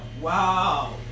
wow